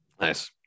nice